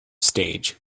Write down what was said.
stage